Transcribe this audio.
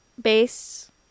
bass